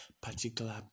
particular